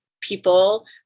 people